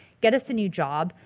get us a new job,